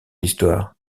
l’histoire